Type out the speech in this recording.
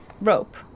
rope